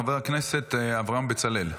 חבר הכנסת אברהם בצלאל,